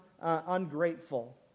ungrateful